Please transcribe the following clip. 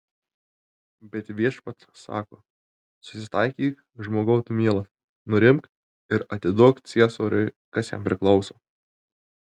bet viešpats sako susitaikyk žmogau tu mielas nurimk ir atiduok ciesoriui kas jam priklauso